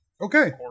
Okay